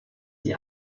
die